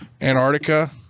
Antarctica